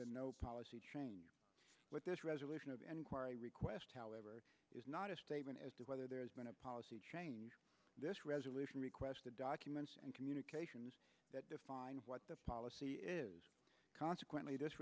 been no policy change with this resolution of and quite a request however is not a statement as to whether there has been a policy change this resolution requested documents and communications that define what the policy is consequently this